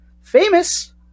famous